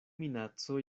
minaco